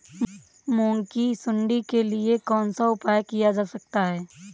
मूंग की सुंडी के लिए कौन सा उपाय किया जा सकता है?